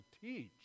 teach